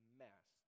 mess